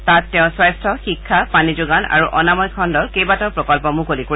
তাতে তেওঁ স্বাস্থ শিক্ষা পানীযোগান আৰু অনাময় খণ্ডত কেইবাটাও প্ৰকন্ন মুকলি কৰিব